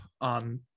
on